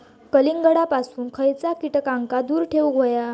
कलिंगडापासून खयच्या कीटकांका दूर ठेवूक व्हया?